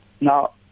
Now